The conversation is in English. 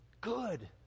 good